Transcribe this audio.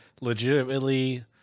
legitimately